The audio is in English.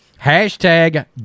hashtag